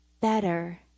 better